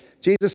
Jesus